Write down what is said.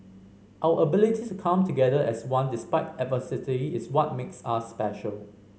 our ability to come together as one despite adversity is what makes us special